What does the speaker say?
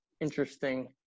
interesting